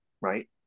right